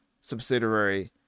subsidiary